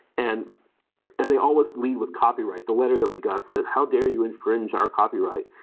and and they always lead with copyright. the letter that we got said, how dare you infringe our copyright?